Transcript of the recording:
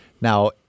Now—